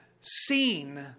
seen